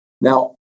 Now